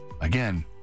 Again